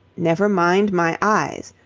never mind my eyes.